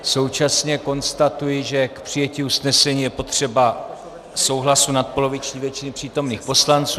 Současně konstatuji, že k přijetí usnesení je potřeba souhlasu nadpoloviční většiny přítomných poslanců.